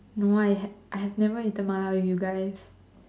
no I have I have never eaten mala with you guys